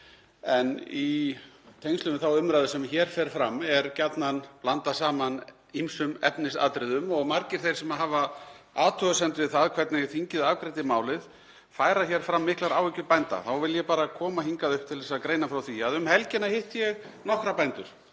Í tengslum við þá umræðu sem hér fer fram er gjarnan blandað saman ýmsum efnisatriðum og margir þeir sem hafa athugasemd við það hvernig þingið afgreiddi málið færa hér fram miklar áhyggjur bænda. Þá vil ég bara koma hingað upp til að greina frá því að um helgina hitti ég nokkra bændur